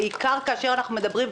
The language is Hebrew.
בעיקר כשאנחנו מדברים,